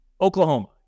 oklahoma